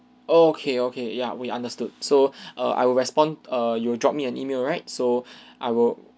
okay okay ya we understood so err I will respond err you will drop me an email right so I will